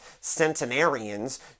centenarians